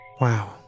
Wow